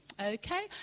Okay